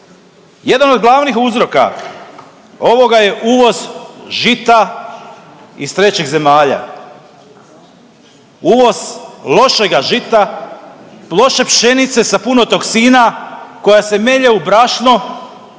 Jedan od glavnih uzroka ovoga je uvoz žita iz trećih zemalja, uvoz lošega žita, loše pšenice sa puno toksina koja se melje u brašno,